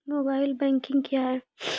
Mobile banking क्या हैं?